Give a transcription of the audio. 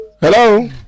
Hello